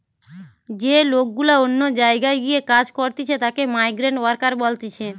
যে লোক গুলা অন্য জায়গায় গিয়ে কাজ করতিছে তাকে মাইগ্রান্ট ওয়ার্কার বলতিছে